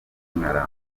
nka